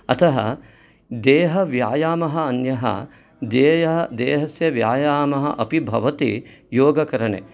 अतः देहव्यायामः अन्यः देह देहस्य व्यायामः अपि भवति योगकरणे